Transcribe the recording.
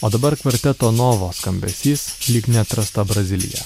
o dabar kvarteto novo skambesys lyg neatrasta brazilija